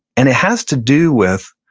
and it has to do with,